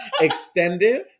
extended